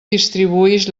distribuïx